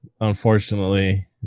unfortunately